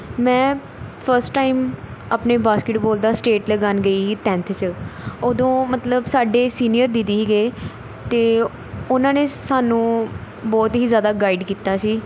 ਮੈਂ first time ਆਪਣੇ basketball ਦਾ ਸਟੇਟ ਲਗਾਉਣ ਗਈ ਸੀ ਟੈਂਥ 'ਚ ਉਦੋਂ ਮਤਲਬ ਸਾਡੇ ਸੀਨੀਅਰ ਦੀਦੀ ਸੀਗੇ ਅਤੇ ਉਹਨਾਂ ਨੇ ਸਾਨੂੰ ਬਹੁਤ ਹੀ ਜ਼ਿਆਦਾ ਗਾਈਡ ਕੀਤਾ ਸੀ